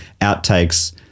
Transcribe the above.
outtakes